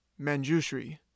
Manjushri